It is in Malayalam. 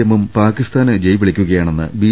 എമ്മും പാക്കിസ്താന് ജയ് വിളിക്കുക യാണെന്ന് ബി